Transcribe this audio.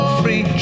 free